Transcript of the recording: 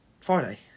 Friday